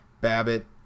Babbitt